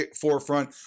forefront